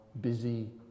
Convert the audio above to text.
busy